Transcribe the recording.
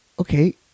okay